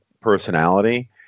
personality